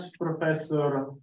Professor